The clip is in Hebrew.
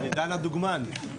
עידן הדוגמן.